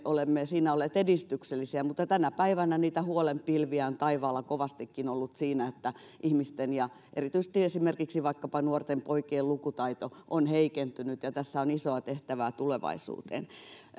olemme siinä olleet edistyksellisiä mutta tänä päivänä niitä huolen pilviä on taivaalla kovastikin ollut siinä että ihmisten ja erityisesti esimerkiksi nuorten poikien lukutaito on heikentynyt tässä on isoa tehtävää tulevaisuuteen